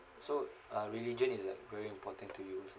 so uh religion is like very important to you also